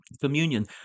communion